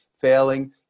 failing